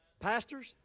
pastors